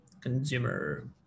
consumer